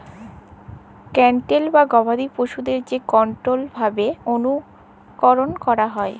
cattle বা গবাদি পশুদের যে কনটোরোলড ভাবে অনুকরল ক্যরা হয়